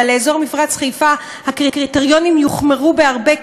אלא לאזור מפרץ חיפה הקריטריונים יוחמרו בהרבה,